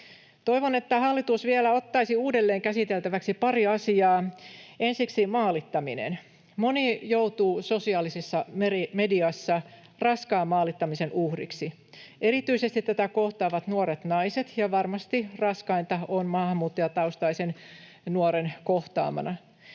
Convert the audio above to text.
Toivon, että hallitus vielä ottaisi uudelleen käsiteltäväksi pari asiaa. Ensiksi maalittaminen. Moni joutuu sosiaalisessa mediassa raskaan maalittamisen uhriksi. Erityisesti tätä kohtaavat nuoret naiset, ja varmasti raskainta se on maahanmuuttajataustaisen nuoren kohtaamana.